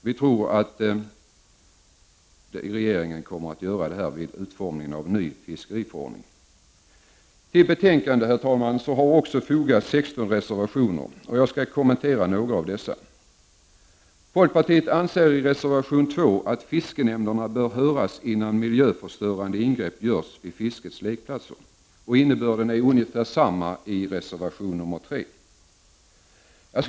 Jag tror att regeringen kommer att göra detta vid utformningen av ny fiskeriförordning. Till betänkandet har fogats 16 reservationer. Jag skall kommentera några av dessa. Folkpartiet anser i reservation nr 2 att fiskenämnderna bör höras innan miljöförstörande ingrepp görs vid fiskens lekplatser. Innebörden är ungefär densamma i reservation nr 3.